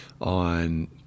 on